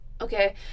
Okay